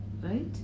right